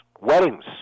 Weddings